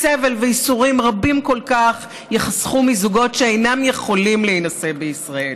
סבל וייסורים רבים כל כך ייחסכו מזוגות שאינם יכולים להינשא בישראל.